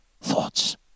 thoughts